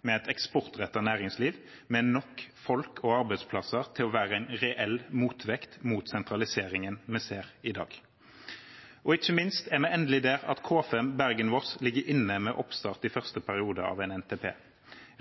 med et eksportrettet næringsliv med nok folk og arbeidsplasser til å være en reell motvekt til sentraliseringen vi ser i dag. Ikke minst ligger K5 Bergen–Voss inne med oppstart i første periode av NTP,